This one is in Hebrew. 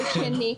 ושנית,